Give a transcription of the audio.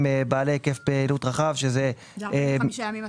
בעלי היקף פעילות רחב אתה מתכוון ל-45 ימים.